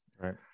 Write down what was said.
Right